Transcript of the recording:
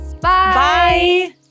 Bye